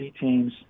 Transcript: teams